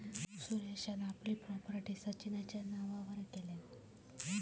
सुरेशान आपली प्रॉपर्टी सचिनच्या नावावर हस्तांतरीत केल्यान